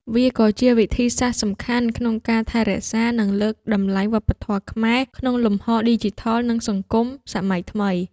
វាក៏ជាវិធីសាស្រ្តសំខាន់ក្នុងការថែរក្សា និងលើកតម្លៃវប្បធម៌ខ្មែរ ក្នុងលំហឌីជីថល និងសង្គមសម័យថ្មី។